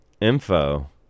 info